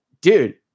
dude